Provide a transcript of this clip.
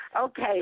okay